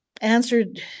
answered